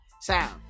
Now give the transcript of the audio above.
sound